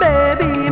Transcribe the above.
Baby